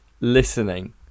listening